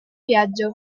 viaggio